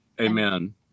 Amen